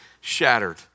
shattered